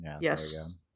yes